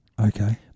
Okay